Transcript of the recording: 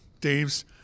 Dave's